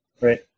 right